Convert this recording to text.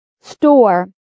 store